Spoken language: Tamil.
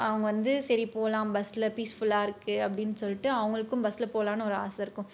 அவங்க வந்து சரி போகலாம் பஸ்ஸில் ஃபீஸ்ஃபுல்லாக இருக்குது அப்படீன்னு சொல்லிட்டு அவங்களுக்கும் பஸ்ஸில் போகலான்னு ஒரு ஆசை இருக்கும்